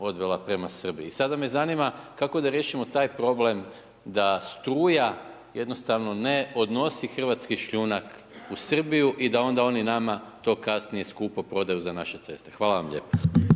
odvela prema Srbiji. I sada me zanima kako da riješimo taj problem da struja jednostavno ne odnosi hrvatski šljunak u Srbiju i da onda oni nama to kasnije skupo prodaju za naše ceste. Hvala vam lijepo.